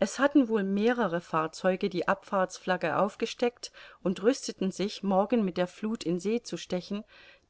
es hatten wohl mehrere fahrzeuge die abfahrtsflagge aufgesteckt und rüsteten sich morgen mit der fluth in see zu stechen